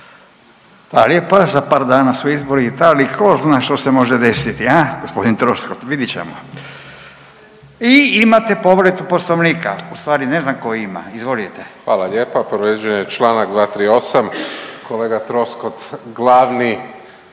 Hvala lijepo. Za par dana su izbori u Italiji, tko zna što se može desiti, a, g. Troskot? Vidit ćemo. I imate povredu Poslovnika, ustvari ne znam tko ima. Izvolite. **Pavić, Marko (HDZ)** Hvala lijepa. Povrijeđen je čl. 238, kolega Troskot, glavni